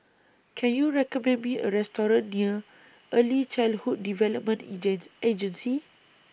Can YOU recommend Me A Restaurant near Early Childhood Development Agent Agency